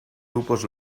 grupos